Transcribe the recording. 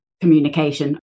communication